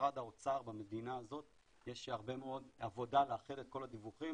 ולמשרד האוצר במדינה הזאת יש הרבה מאוד עבודה לאחד את כל הדיווחים,